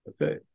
Okay